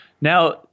Now